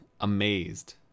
amazed